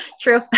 true